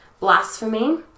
Blasphemy